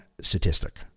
statistic